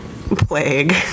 plague